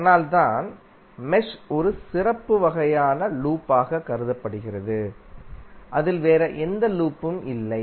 அதனால்தான் மெஷ் ஒரு சிறப்பு வகையான லூப் ஆகக் கருதப்படுகிறது அதில் வேறு எந்த லூப்பும் இல்லை